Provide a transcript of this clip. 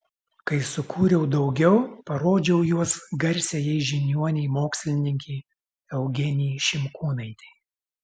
kai sukūriau daugiau parodžiau juos garsiajai žiniuonei mokslininkei eugenijai šimkūnaitei